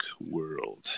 world